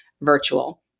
virtual